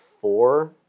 four